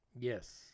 Yes